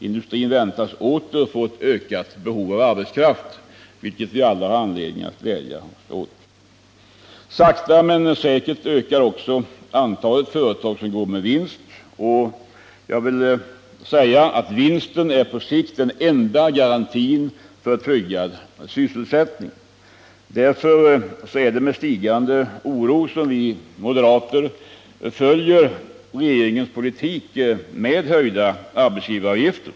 Industrin väntas nu åter få ett ökat behov av arbetskraft, vilket vi alla har anledning att glädja oss åt. Sakta men säkert ökar också antalet företag som går med vinst. Vinsten är på sikt den enda garantin för en trygg sysselsättning. Därför är det med stigande oro som vi moderater följer regeringens politik att vilja höja arbetsgivaravgifterna.